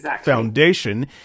foundation